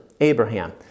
Abraham